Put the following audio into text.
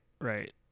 right